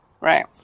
Right